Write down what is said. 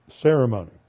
ceremony